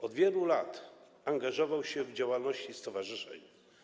Przez wiele lat angażował się w działalność stowarzyszeń.